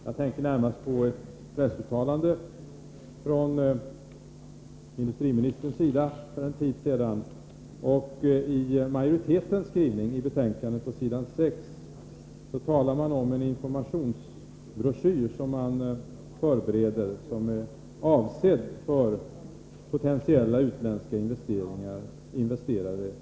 Jag tänker närmast på ett pressuttalande från industriministern för en tid sedan. I majoritetens skrivning i betänkandet, på s. 6, talas det också om att regeringen förbereder en informationsbroschyr som är avsedd för potentiella utländska investerare i vårt land.